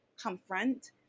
confront